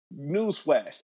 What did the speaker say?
Newsflash